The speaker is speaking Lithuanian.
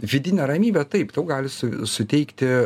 vidinę ramybę taip tau gali su suteikti